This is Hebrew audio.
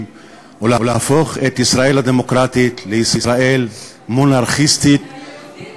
ולהפוך את ישראל הדמוקרטית לישראל מונרכיסטית היהודית